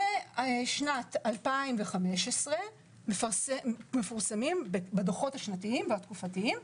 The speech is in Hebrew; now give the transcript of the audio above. משנת 2015 מפורסמת בדוחות השנתיים והתקופתיים,